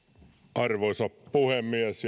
arvoisa puhemies